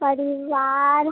परिवार